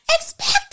expect